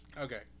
Okay